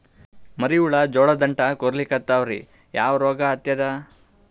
ಮರಿ ಹುಳ ಜೋಳದ ದಂಟ ಕೊರಿಲಿಕತ್ತಾವ ರೀ ಯಾ ರೋಗ ಹತ್ಯಾದ?